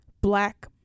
black